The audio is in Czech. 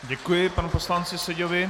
Děkuji panu poslanci Seďovi.